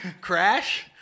Crash